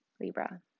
Libra